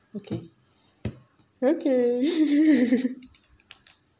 okay okay